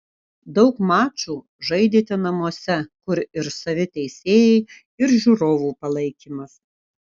daug mačų žaidėte namuose kur ir savi teisėjai ir žiūrovų palaikymas